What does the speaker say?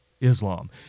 Islam